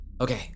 Okay